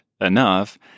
enough